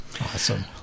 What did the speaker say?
Awesome